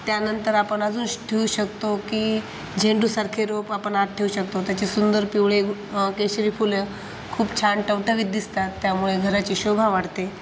त्यानंतर आपण अजून ठेऊ शकतो की झेंडूसारखे रोप आपण आत ठेवू शकतो त्याचे सुंदर पिवळे केशरी फुलं खूप छान टवटवीत दिसतात त्यामुळे घराची शोभा वाढते